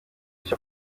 cyo